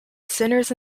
sinners